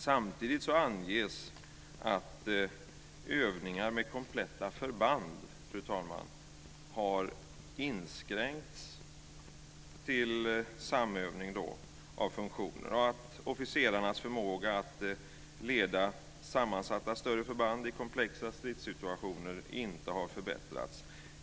Samtidigt anges att övningar med kompletta förband, fru talman, har inskränkts till samövning av funktioner och att officerarnas förmåga att leda sammansatta större förband i komplexa stridssituationer inte har förbättrats.